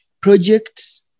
projects